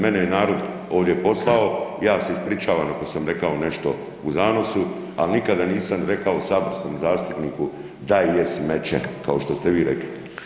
Mene je narod ovdje poslao, ja se ispričavam ako sam rekao nešto u zanosu, ali nikada nisam rekao saborskom zastupniku da je smeće, kao što ste vi rekli.